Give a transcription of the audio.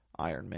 Ironman